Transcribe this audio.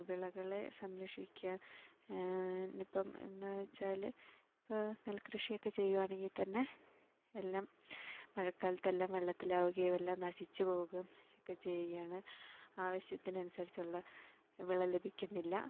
വിളകൾ സംരക്ഷിക്കാൻ ഇപ്പം എന്താണെന്ന് വച്ചാൽ ഇപ്പോൾ നെൽക്കൃഷിയൊക്കെ ചെയ്യുകയാണെങ്കിൽത്തന്നെ എല്ലാം മഴക്കാലത്ത് എല്ലാം വെള്ളത്തിലാവുകയും എല്ലാം നശിച്ചുപോവുകയും ഒക്കെ ചെയ്യുകയാണ് ആവശ്യത്തിന് അനുസരിച്ചുള്ള വിള ലഭിക്കുന്നില്ല